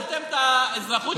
שללתם את האזרחות של יגאל?